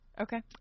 Okay